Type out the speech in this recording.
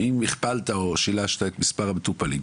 אם הכפלת או שילשת את מספר המטופלים.